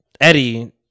Eddie